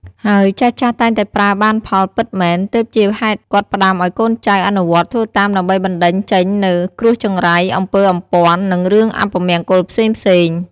ហើយចាស់ៗតែងតែប្រើបានផលពិតមែន ទើបជាហេតុគាត់ផ្តាំឲ្យកូនចៅអនុវត្តធ្វើតាមដើម្បីបណ្តេញចេញនូវគ្រោះចង្រៃ អំពើអំព័ន្ធ និងរឿងអពមង្គលផ្សេងៗ។